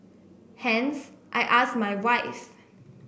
hence I asked my wife